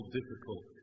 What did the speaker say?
difficult